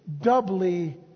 doubly